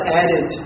added